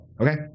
Okay